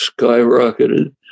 skyrocketed